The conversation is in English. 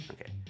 Okay